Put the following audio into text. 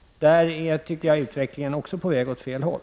Där är, tycker jag, utvecklingen också på väg åt fel håll.